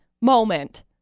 moment